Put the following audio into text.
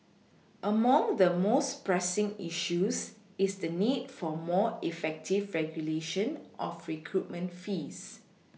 among the most pressing issues is the need for more effective regulation of recruitment fees